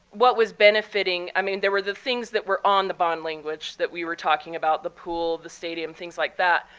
what was benefiting i mean, there were the things that were on the bond language that we were talking about the pool, the stadium, things like that.